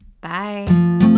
Bye